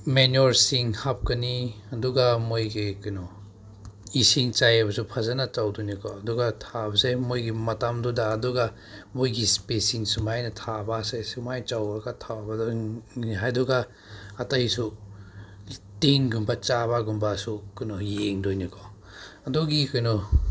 ꯃꯦꯅꯨꯌꯣꯔꯁꯤꯡ ꯍꯥꯞꯀꯅꯤ ꯑꯗꯨꯒ ꯃꯣꯏꯒꯤ ꯀꯩꯅꯣ ꯏꯁꯤꯡ ꯆꯥꯏꯕꯁꯨ ꯐꯖꯅ ꯇꯧꯗꯣꯏꯅꯤꯀꯣ ꯑꯗꯨꯒ ꯊꯥꯕꯁꯦ ꯃꯣꯏꯒꯤ ꯃꯇꯝꯗꯨꯗ ꯑꯗꯨꯒ ꯃꯣꯏꯒꯤ ꯏꯁꯄꯦꯁꯁꯤꯡ ꯁꯨꯃꯥꯏꯅ ꯊꯥꯕꯁꯦ ꯁꯨꯃꯥꯏꯅ ꯆꯥꯎꯔꯒ ꯊꯥꯕꯗꯨ ꯑꯗꯨꯒ ꯑꯇꯩꯁꯨ ꯇꯤꯟꯒꯨꯝꯕ ꯆꯥꯕꯒꯨꯝꯕꯁꯨ ꯀꯩꯅꯣ ꯌꯦꯡꯗꯣꯏꯅꯤꯀꯣ ꯑꯗꯨꯒꯤ ꯀꯩꯅꯣ